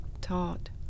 taught